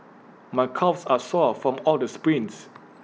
my calves are sore from all the sprints